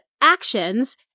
actions